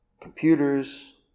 computers